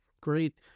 Great